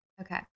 okay